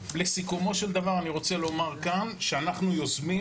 לסיכומו של דבר אני רוצה לומר כאן שאנחנו יוזמים,